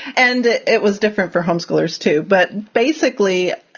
and it was different for homeschoolers, too. but basically,